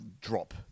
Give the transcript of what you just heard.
drop